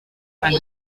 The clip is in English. and